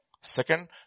Second